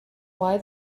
why